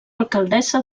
alcaldessa